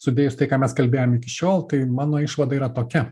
sudėjus tai ką mes kalbėjom iki šiol tai mano išvada yra tokia